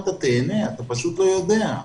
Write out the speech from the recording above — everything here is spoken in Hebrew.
אתה תיהנה, אתה פשוט לא יודע.